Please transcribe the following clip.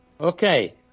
Okay